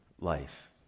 life